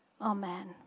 Amen